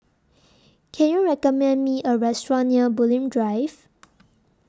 Can YOU recommend Me A Restaurant near Bulim Drive